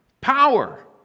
power